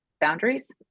boundaries